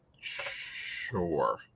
Sure